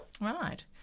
Right